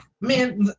man